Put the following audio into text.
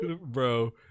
Bro